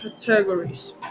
categories